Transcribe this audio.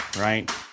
right